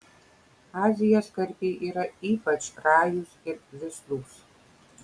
azijos karpiai yra ypač rajūs ir vislūs